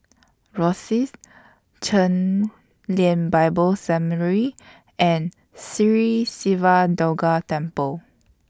Rosyth Chen Lien Bible Seminary and Sri Siva Durga Temple